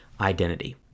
identity